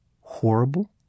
horrible